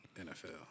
NFL